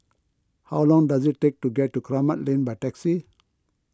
how long does it take to get to Kramat Lane by taxi